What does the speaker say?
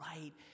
right